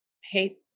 Hate